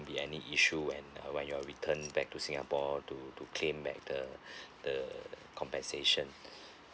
any issue when uh when you're returned back to singapore to to claim back the the compensation